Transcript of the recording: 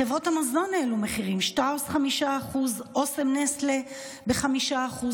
חברות המזון העלו מחירים: שטראוס ב-5%; אסם-נסטלה ב-5%,